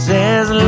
Says